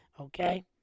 Okay